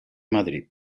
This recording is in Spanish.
madrid